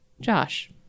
Josh